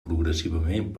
progressivament